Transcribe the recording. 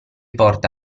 porta